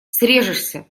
срежешься